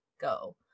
go